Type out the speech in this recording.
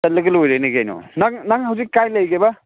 ꯆꯠꯂꯒ ꯂꯣꯏꯔꯦꯅꯦ ꯀꯩꯅꯣ ꯅꯪ ꯍꯧꯖꯤꯛ ꯀꯥꯏ ꯂꯩꯒꯦꯕ